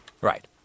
Right